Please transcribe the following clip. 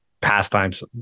pastimes